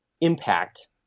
impact